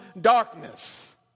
darkness